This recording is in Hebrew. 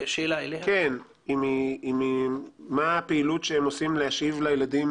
מה הפעילות שהם עושים להשיב לילדים